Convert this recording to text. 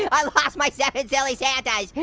i lost my seven silly santas.